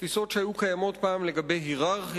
תפיסות שהיו קיימות פעם לגבי הייררכיה